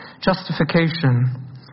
justification